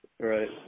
Right